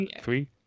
three